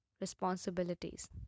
responsibilities